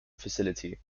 facility